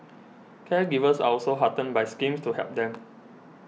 caregivers are also heartened by schemes to help them